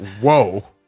Whoa